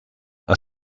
are